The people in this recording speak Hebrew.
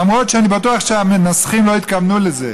למרות שאני בטוח שהמנסחים לא התכוונו לזה: